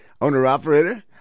owner-operator